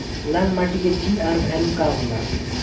लाल माटी के GR value का होला?